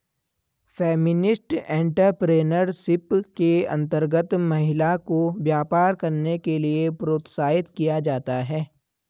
feminist entrepreneurship के अंतर्गत महिला को व्यापार करने के लिए प्रोत्साहित किया जाता है